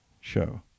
show